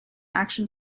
action